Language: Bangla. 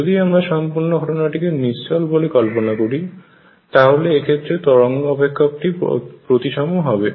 যদি আমরা সম্পূর্ণ ঘটনাটিকে নিশ্চল বলে কল্পনা করি তাহলে এক্ষেত্রে তরঙ্গ অপেক্ষকটি প্রতিসম হবে